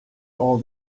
all